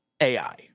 AI